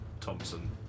Thompson